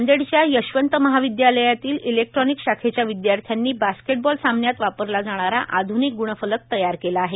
नांदेडच्या यशवंत महाविदयालयातल्या ईलेक्ट्रॉनिक शाखेच्या विध्यार्थ्यांनी बास्केटबॉल सामन्यात वापरला जाणारा आध्निक ग्रणफलक तयार केला आहे